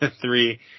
three